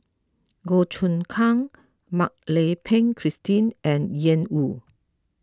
Goh Choon Kang Mak Lai Peng Christine and Ian Woo